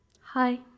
Hi